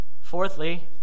Fourthly